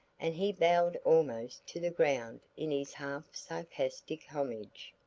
and he bowed almost to the ground in his half sarcastic homage.